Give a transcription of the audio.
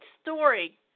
story